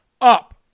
up